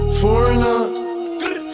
foreigner